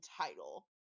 title